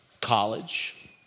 college